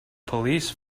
police